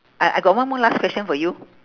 I I got one more last question for you